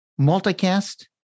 multicast